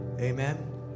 Amen